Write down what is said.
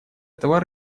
этого